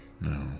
No